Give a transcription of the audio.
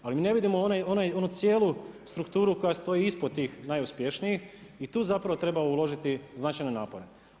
Ali ne vidimo onu cijelu strukturu koja stoji ispod tih najuspješnijih i tu zapravo treba uložiti značajne napore.